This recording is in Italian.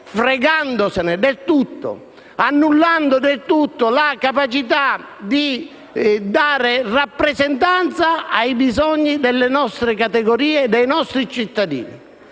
fregandosene di tutto, annullando del tutto la capacità di rappresentare i bisogni delle nostre categorie e dei nostri cittadini.